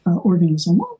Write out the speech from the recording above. organism